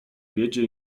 biedzie